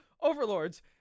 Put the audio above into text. overlords